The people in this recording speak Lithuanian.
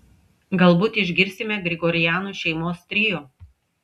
galbūt išgirsime grigorianų šeimos trio